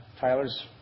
Tyler's